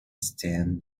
stand